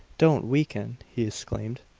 don't weaken! he exclaimed.